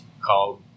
called